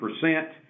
percent